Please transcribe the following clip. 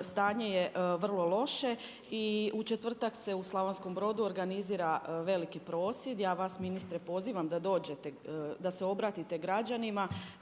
stanje je vrlo loše. I u četvrtak se u Slavonskom Brodu organizira veliki prosvjed. Ja vas ministre pozivam da dođete, da se obratite građanima,